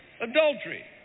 Adultery